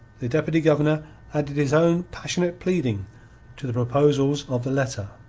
the deputy-governor added his own passionate pleading to the proposals of the letter.